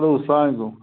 hello سلام علیکُم